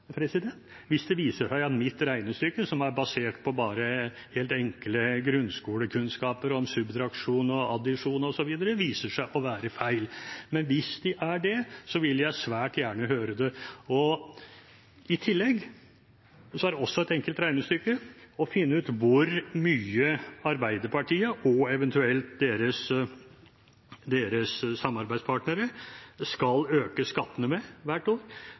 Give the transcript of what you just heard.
hvis det viser seg at mitt regnestykke, som er basert på bare helt enkle grunnskolekunnskaper – subtraksjon, addisjon osv. – viser seg å være feil. Men hvis de er det, vil jeg svært gjerne høre det. I tillegg er det et enkelt regnestykke å finne ut hvor mye Arbeiderpartiet og deres eventuelle samarbeidspartnere skal øke skattene med hvert år,